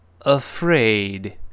afraid